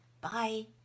Bye